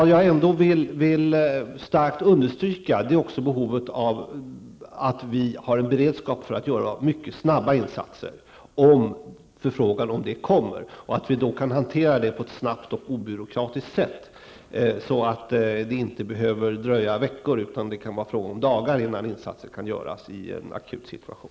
Jag vill ändå starkt understryka behovet av att vi har en beredskap för att göra mycket snabba insatser om en förfrågan kommer och att vi då kan hantera den på ett snabbt och obyråkratiskt sätt. Då behöver det inte dröja veckor, utan det kan vara frågan om dagar innan insatser kan göras i en akut situation.